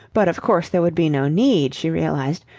but of course there would be no need, she realized,